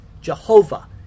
jehovah